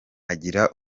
agira